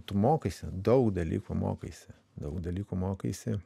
tu mokaisi daug dalykų mokaisi daug dalykų mokaisi